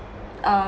um